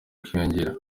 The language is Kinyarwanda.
kwiyongera